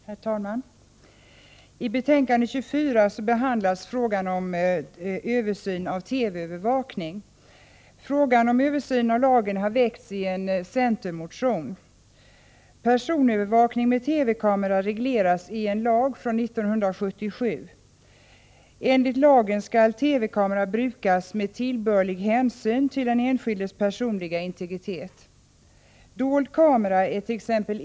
Herr talman! I justitieutskottets betänkande 24 behandlas frågan om översyn av lagen om TV-övervakning. Frågan om översyn av lagen har väckts i en centermotion. Personövervakning med TV-kamera regleras i en lag från 1977. Enligt lagen skall TV-kamera brukas med tillbörlig hänsyn till den enskildes personliga integritet. Dold kamera ärt.ex.